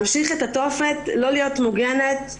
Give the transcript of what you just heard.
לא להיות מוגנת.